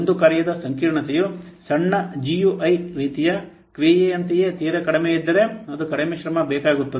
ಒಂದು ಕಾರ್ಯದ ಸಂಕೀರ್ಣತೆಯು ಸಣ್ಣ GUI ರೀತಿಯ ಕ್ರಿಯೆಯಂತೆಯೇ ತೀರಾ ಕಡಿಮೆ ಇದ್ದರೆ ಅದು ಕಡಿಮೆ ಶ್ರಮ ಬೇಕಾಗುತ್ತದೆ